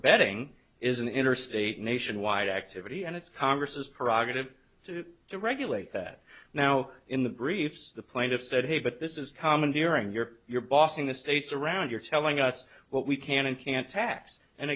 betting is an interstate nationwide activity and it's congress's prerogative to regulate that now in the briefs the plaintiffs said hey but this is commandeering your your boss in the states around you're telling us what we can and can't tax and